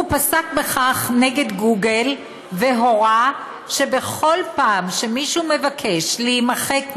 הוא פסק נגד גוגל והורה שבכל פעם שמישהו מבקש להימחק מגוגל,